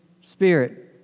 Spirit